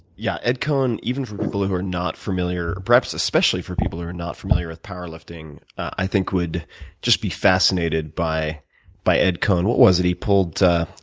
yeah. ed cohen, even for people who are not familiar perhaps especially for people who are not familiar with power lifting, i think would just be fascinated by by ed cohen. what was it, he pulled ah,